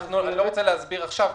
אני לא רוצה להסביר עכשיו,